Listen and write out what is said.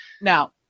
now